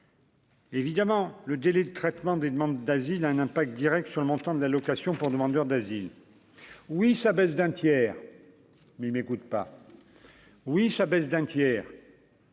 évidemment, le délai de traitement des demandes d'asile a un impact Direct sur le montant de l'allocation pour demandeurs d'asile, oui ça baisse d'un tiers, mais il m'écoute pas, oui ça baisse d'un tiers.